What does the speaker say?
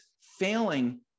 failing